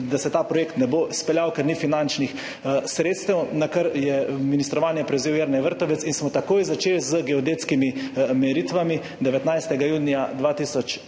da se ta projekt ne bo speljal, ker ni finančnih sredstev, nakar je ministrovanje prevzel Jernej Vrtovec in smo takoj začeli z geodetskimi meritvami, 19. junija 2021,